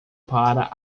para